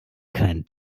kein